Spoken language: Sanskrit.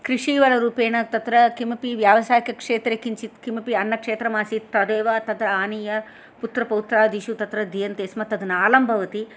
कृषीवररूपेण तत्र किमपि व्यावसायिकक्षेत्रे किञ्चित् किमपि अन्नक्षेत्रमासीत् तदेव तत्र आनीय पुत्रपौत्रादिषु तत् दीयन्ते स्म तत् नालं बवति